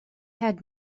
had